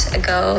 ago